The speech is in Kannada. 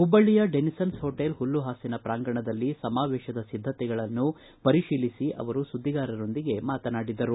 ಹುಬ್ಬಳ್ಳಿಯ ಡೆನಿಸನ್ಸ್ ಹೊಟೆಲ್ ಹುಲ್ಲುಹಾಸಿನ ಪ್ರಾಂಗಣದಲ್ಲಿ ಸಮಾವೇಶದ ಸಿದ್ದತೆಗಳನ್ನು ಪರಿಶೀಲಿಸಿ ಅವರು ಸುದ್ದಿಗಾರರೊಂದಿಗೆ ಮಾತನಾಡಿದರು